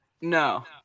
No